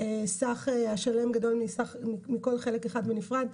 סך השלם גדול מכל חלק אחד בנפרד.